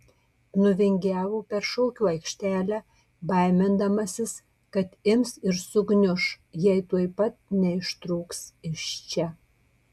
nuvingiavo per šokių aikštelę baimindamasis kad ims ir sugniuš jei tuoj pat neištrūks iš čia